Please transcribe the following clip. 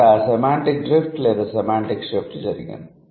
ఇక్కడ semantic drift లేదా semantic shift జరిగింది